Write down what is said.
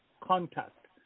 Contact